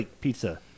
pizza